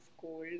cold